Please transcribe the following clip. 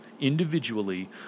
individually